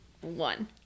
one